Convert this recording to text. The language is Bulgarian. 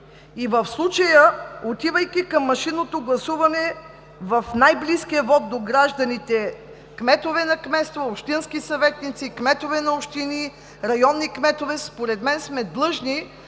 В случая, отивайки към машинното гласуване в най-близкия вот до гражданите – за кметове на кметства, общински съветници, кметове на общини, районни кметове според мен сме длъжни